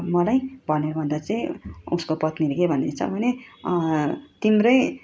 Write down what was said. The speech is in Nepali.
मलाई भनेर भन्दा चाहिँ उसको पत्नीले के भनेछ भने तिम्रै